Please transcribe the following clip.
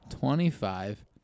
Twenty-five